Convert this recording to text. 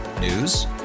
News